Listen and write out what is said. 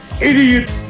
idiots